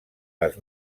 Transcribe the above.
les